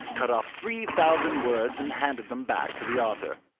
cut off three thousand words and handed them back to the author.